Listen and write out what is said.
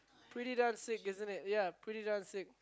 pretty darn sick isn't it ya pretty darn sick